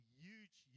huge